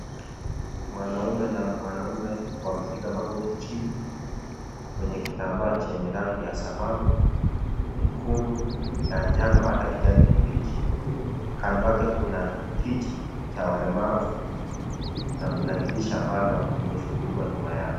Mwanaume na mwanaume wamepiga magoti chini, kwenye kitambaa chenye rangi ya samawi, nyekundu na njano hata kijani kibichi. Kando yake kuna kiti cha walemavu na kuna dirisha ambayo imefunguliwa nyuma yao.